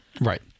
Right